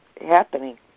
happening